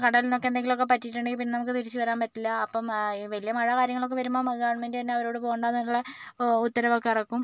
കടലിനൊക്കെ എന്തെങ്കിലുമൊക്കെ പറ്റിയിട്ടുണ്ടെങ്കിൽ പിന്നെ നമുക്ക് തിരിച്ച് വരാൻ പറ്റില്ല അപ്പം വലിയ മഴ കാര്യങ്ങളൊക്കെ വരുമ്പം നമ്മുടെ ഗവൺമെൻറ് തന്നെ അവരോട് പോകണ്ടാന്നുള്ള ഒ ഉത്തരവൊക്കെ ഇറക്കും